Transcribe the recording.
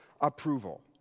approval